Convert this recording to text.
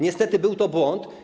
Niestety był to błąd.